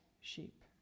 sheep